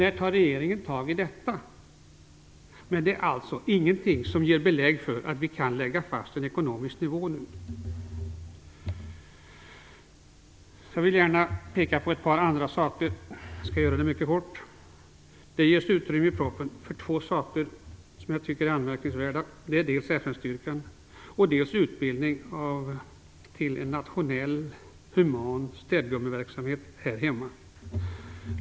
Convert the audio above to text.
När tar regeringen tag i detta? Det finns alltså inga belägg för att vi nu kan lägga fast en ekonomisk nivå. Jag vill gärna mycket kort också peka på ett par andra saker. Det ges i propositionen utrymme för två saker som jag tycker är anmärkningsvärda. Det åsyftade gäller dels FN-styrkan, dels en utbildning för en human städgummeverksamhet här hemma.